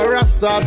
Rasta